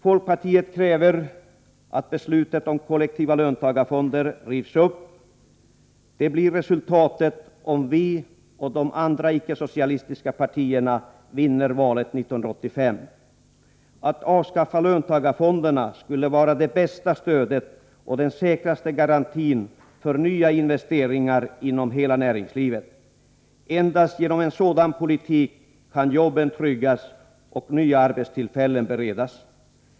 Folkpartiet kräver att beslutet om kollektiva löntagarfonder rivs upp. Det blir resultatet, om vi och de andra icke-socalistiska partierna vinner valet 1985. Att avskaffa löntagarfonderna skulle vara det bästa stödet och den säkraste garantin för nya investeringar inom hela näringslivet. Endast genom en sådan politik kan jobben tryggas och nya arbetstillfällen beredas.